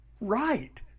Right